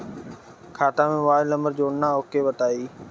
खाता में mobile number जोड़ना ओके बताई?